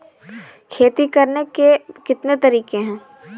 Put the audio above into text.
खेती करने के कितने तरीके हैं?